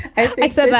i like said that.